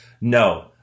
No